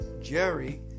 Jerry